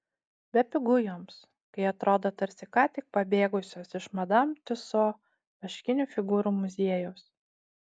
bepigu joms kai atrodo tarsi ką tik pabėgusios iš madam tiuso vaškinių figūrų muziejaus